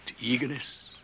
eagerness